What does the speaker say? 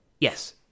yes